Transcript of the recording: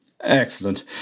Excellent